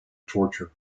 torture